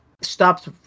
stops